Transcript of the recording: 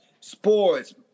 sports